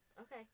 Okay